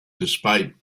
despite